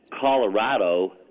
Colorado